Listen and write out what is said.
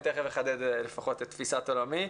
אני תיכף אחדד לפחות את תפיסת עולמי.